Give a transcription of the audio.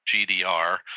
GDR